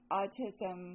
autism